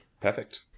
Perfect